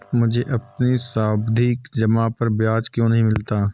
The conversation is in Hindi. मुझे अपनी सावधि जमा पर ब्याज क्यो नहीं मिला?